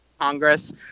Congress